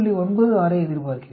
96 ஐ எதிர்பார்க்கிறேன்